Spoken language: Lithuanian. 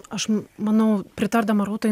aš manau pritardama rūtai